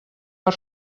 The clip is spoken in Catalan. per